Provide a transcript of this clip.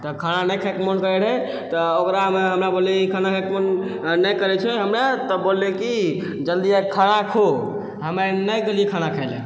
तऽ खाना नहि खायके मोन करै रहै तऽ ओकरामे हमे बोलियै खाना खायके मोन नहि करै छै हमरा तऽ बोललै कि जल्दी जायके खाना खो हमे नहि गेलियै खाना खाय लअ